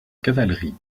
cavalerie